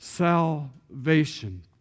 Salvation